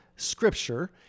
scripture